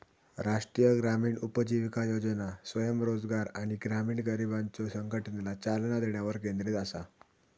राष्ट्रीय ग्रामीण उपजीविका योजना स्वयंरोजगार आणि ग्रामीण गरिबांच्यो संघटनेला चालना देण्यावर केंद्रित असा